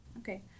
okay